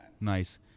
Nice